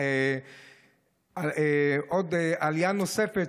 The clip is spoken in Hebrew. עלייה נוספת,